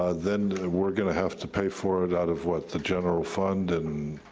ah then, we're gonna have to pay for it out of, what? the general fund? and